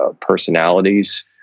personalities